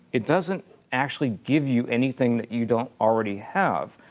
it doesn't actually give you anything that you don't already have.